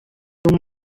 dum